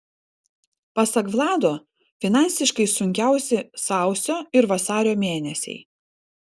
pasak vlado finansiškai sunkiausi sausio ir vasario mėnesiai